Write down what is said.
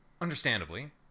understandably